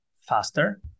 faster